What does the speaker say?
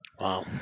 Wow